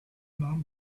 non